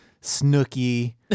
Snooky